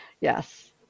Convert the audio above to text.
yes